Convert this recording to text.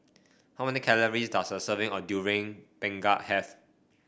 how many calories does a serving of Durian Pengat have